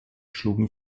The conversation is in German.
schlugen